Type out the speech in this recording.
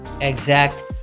exact